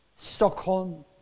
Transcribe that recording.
Stockholm